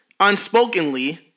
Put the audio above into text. unspokenly